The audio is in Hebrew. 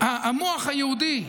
המוח היהודי,